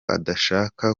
adashaka